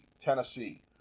Tennessee